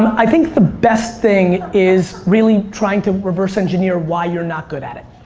i think the best thing is really trying to reverse engineer why you're not good at it.